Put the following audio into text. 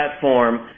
platform